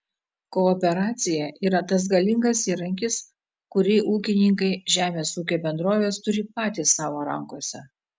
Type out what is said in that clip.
kooperacija yra tas galingas įrankis kurį ūkininkai žemės ūkio bendrovės turi patys savo rankose